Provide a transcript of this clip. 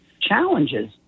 challenges